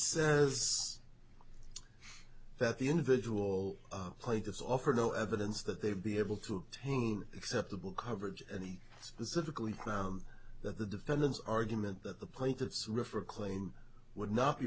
says that the individual plaintiffs offer no evidence that they've been able to obtain acceptable coverage and he specifically found that the defendant's argument that the plaintiffs refer claim would not be